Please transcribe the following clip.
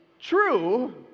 true